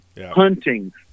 hunting